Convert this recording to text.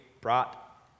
brought